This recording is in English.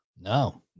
No